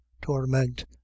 torment